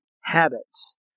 habits